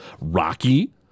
Rocky